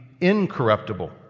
incorruptible